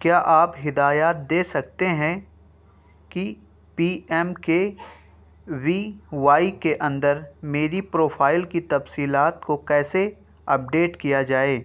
کیا آپ ہدایات دے سکتے ہیں کہ P M K V Y کے اندر میری پروفائل کی تفصیلات کو کیسے اپڈیٹ کیا جائے